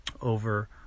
over